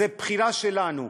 זו בחירה שלנו.